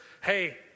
hey